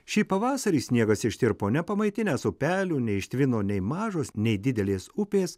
šį pavasarį sniegas ištirpo nepamaitinęs upelių neištvino nei mažos nei didelės upės